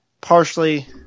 partially –